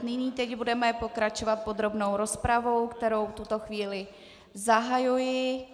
Nyní tedy budeme pokračovat podrobnou rozpravou, kterou v tuto chvíli zahajuji.